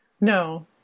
No